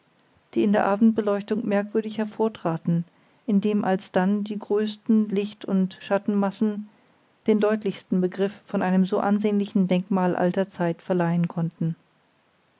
die in der abendbeleuchtung merkwürdig hervortraten indem alsdann die größten licht und schattenmassen den deutlichsten begriff von einem so ansehnlichen denkmal alter zeit verleihen konnten